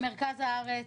במרכז הארץ,